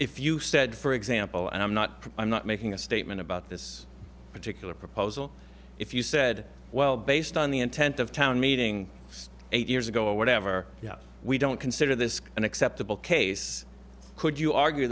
if you said for example i'm not i'm not making a statement about this particular proposal if you said well based on the intent of town meeting eight years ago or whatever yeah we don't consider this an acceptable case could you argue